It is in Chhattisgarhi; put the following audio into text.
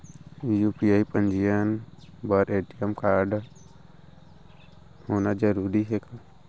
यू.पी.आई पंजीयन बर ए.टी.एम कारडहोना जरूरी हे का?